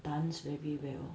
dance very well